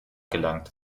gelangt